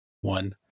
One